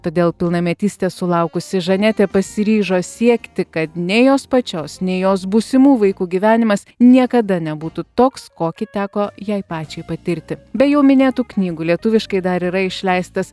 todėl pilnametystės sulaukusi žanetė pasiryžo siekti kad nei jos pačios nei jos būsimų vaikų gyvenimas niekada nebūtų toks kokį teko jai pačiai patirti be jau minėtų knygų lietuviškai dar yra išleistas